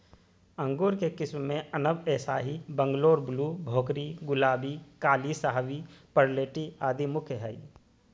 अंगूर के किस्म मे अनब ए शाही, बंगलोर ब्लू, भोकरी, गुलाबी, काली शाहवी, परलेटी आदि मुख्य हई